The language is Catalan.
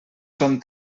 són